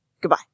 Goodbye